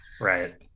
right